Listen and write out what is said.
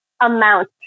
amount